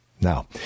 Now